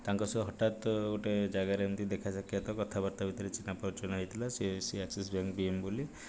ତାଙ୍କ ସହ ହଠାତ୍ ଗୋଟିଏ ଜାଗାରେ ଏମିତି ଦେଖା ସାକ୍ଷାତ କଥାବାର୍ତ୍ତା ଭିତରେ ଚିହ୍ନା ପରିଚୟ ହୋଇଥିଲା ଯେ ସେ ସେ ଆକ୍ସିସ ବ୍ୟାଙ୍କ୍ ବି ଏମ୍ ବୋଲି